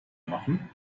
machen